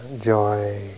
joy